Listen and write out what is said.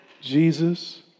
Jesus